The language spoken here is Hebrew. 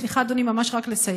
סליחה, אדוני, ממש רק לסיים: